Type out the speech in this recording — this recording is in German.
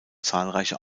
zahlreiche